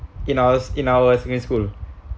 in ours in our secondary school